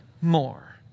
more